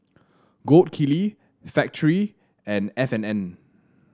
Gold Kili Factorie and F and N